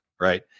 right